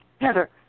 Heather